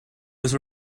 was